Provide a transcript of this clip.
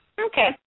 Okay